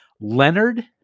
Leonard